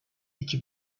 iki